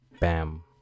bam